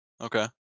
Okay